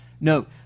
note